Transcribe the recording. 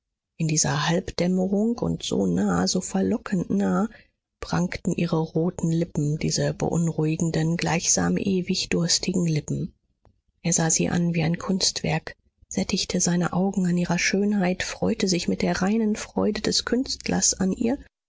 in dieser halbdämmerung und so nah so verlockend nah prangten ihre roten lippen diese beunruhigenden gleichsam ewig durstigen lippen er sah sie an wie ein kunstwerk sättigte seine augen an ihrer schönheit freute sich mit der reinen freude des künstlers an ihr